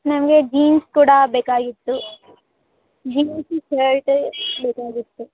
ನನಗೆ ಜೀನ್ಸ್ ಕೂಡ ಬೇಕಾಗಿತ್ತು ಜೀನ್ಸ್ ಶರ್ಟ್ ಬೇಕಾಗಿತ್ತು